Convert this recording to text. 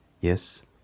Yes